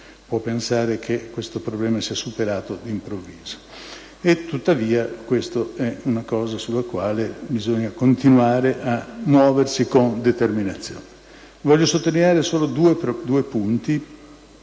può pensare che questo problema sia superato d'improvviso. Tuttavia, questa è una cosa sulla quale bisogna continuare a muoversi con determinazione. Voglio sottolineare solo due aspetti